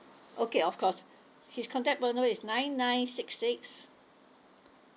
okay of course his contact number is nine nine six six